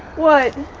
what?